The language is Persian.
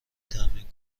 تمرین